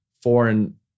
foreign